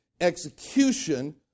execution